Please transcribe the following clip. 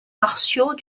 martiaux